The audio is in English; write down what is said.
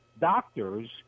doctors